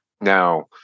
Now